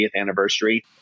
anniversary